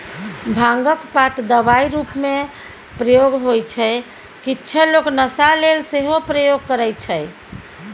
भांगक पात दबाइ रुपमे प्रयोग होइ छै किछ लोक नशा लेल सेहो प्रयोग करय छै